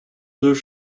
deux